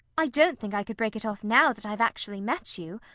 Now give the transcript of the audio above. i don't think i could break it off now that i have actually met you.